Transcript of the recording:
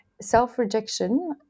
Self-rejection